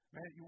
Man